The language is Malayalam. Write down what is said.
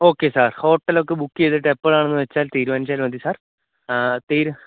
ഓക്കേ സാര് ഹോട്ടലൊക്കെ ബുക്ക് ചെയ്തിട്ട് എപ്പോഴാണെന്ന് വച്ചാല് തീരുമാനിച്ചാല് മതി സാര് ആ